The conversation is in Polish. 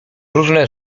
różne